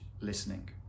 listening